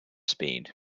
speed